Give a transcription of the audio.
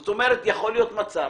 זאת אומרת, יכול להיות מצב